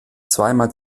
zweimal